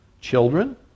Children